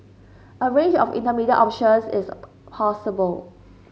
a range of intermediate options is possible